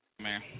Man